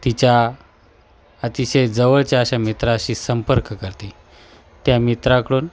तिच्या अतिशय जवळच्या अशा मित्राशी संपर्क करते त्या मित्राकडून